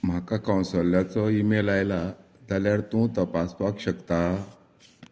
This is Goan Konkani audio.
म्हाका कौशलाचो ईमेल आयला जाल्यार तूं तपासपाक शकता